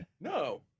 No